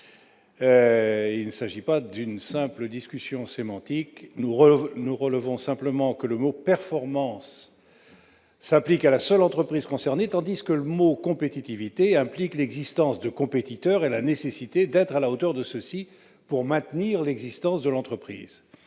Il ne s'agit pas d'une simple discussion sémantique. Nous relevons simplement que le mot « performance » s'applique à la seule entreprise concernée, tandis que le mot « compétitivité » implique l'existence de compétiteurs et la nécessité pour le salarié d'être à la hauteur pour maintenir l'existence de l'entreprise.